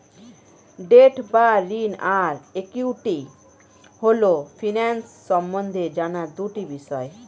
date বা ঋণ আর ইক্যুইটি হল ফিন্যান্স সম্বন্ধে জানার দুটি বিষয়